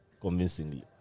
convincingly